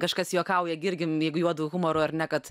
kažkas juokauja gi irgi jeigu juodu humoru ar ne kad